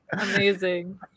Amazing